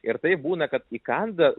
ir taip būna kad įkanda